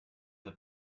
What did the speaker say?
that